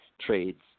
trades